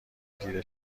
دیده